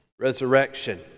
resurrection